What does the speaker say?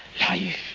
Life